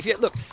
Look